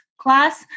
class